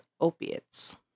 opiates